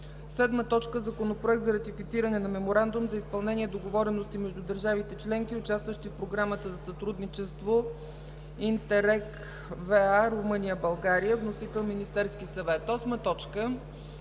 съвет. 7. Законопроект за ратифициране на Меморандум за изпълнение – договорености между държавите членки, участващи в Програмата за сътрудничество „ИНТЕРРЕГ V-А Румъния – България”. Вносител – Министерският съвет.